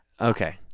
okay